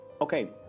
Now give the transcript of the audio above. Okay